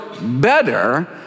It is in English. better